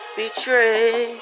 betray